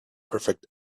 perfect